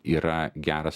yra geras